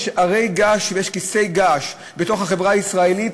יש הרי-געש ויש כיסי-געש בתוך החברה הישראלית,